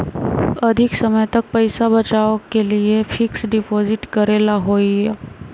अधिक समय तक पईसा बचाव के लिए फिक्स डिपॉजिट करेला होयई?